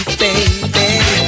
baby